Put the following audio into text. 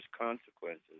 consequences